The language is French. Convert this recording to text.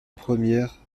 première